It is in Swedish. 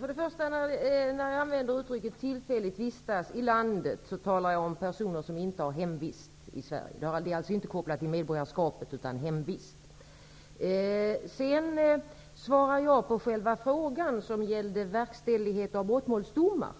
Herr talman! När jag använder uttrycket ''vistas tillfälligt i landet'' talar jag om personer som inte har hemvist i Sverige. Vistelsen är inte kopplad till medborgarskapet, utan till hemvisten. Sedan svarade jag på själva frågan som gällde verkställighet av brottmålsdomar.